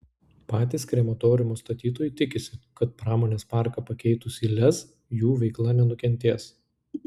patys krematoriumo statytojai tikisi kad pramonės parką pakeitus į lez jų veikla nenukentės